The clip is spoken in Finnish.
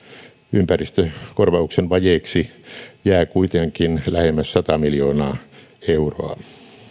ympäristökorvauksen vajeeksi jää kuitenkin lähemmäs sata miljoonaa euroa